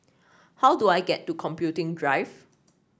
how do I get to Computing Drive